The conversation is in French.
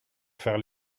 faire